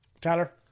Tyler